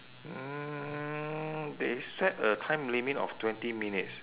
mm they set a time limit of twenty minutes